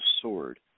sword